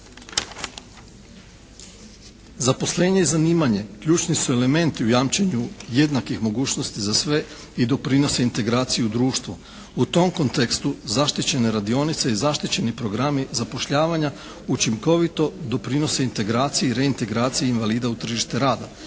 Zaposlenje i zanimanje ključni su elementi u jamčenju jednakih mogućnosti za sve i doprinos integracije u društvo. U tom kontekstu zaštićene radionice i zaštićeni programi zapošljavanja učinkovito doprinose integraciji i reintegraciji invalida u tržište rada.